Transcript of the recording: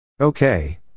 Okay